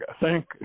Thank